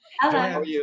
hello